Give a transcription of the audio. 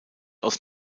aus